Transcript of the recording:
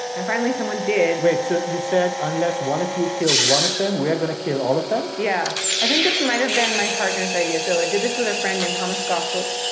and finally, someone did wait, so you said unless one of you kills one of them, we are going to kill all of them? yeah. i think this might have been my partner's idea. so i ah did this with a friend named hannes gassert.